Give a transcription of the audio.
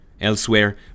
Elsewhere